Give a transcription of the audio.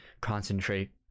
concentrate